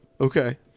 Okay